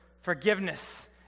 forgiveness